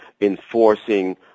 enforcing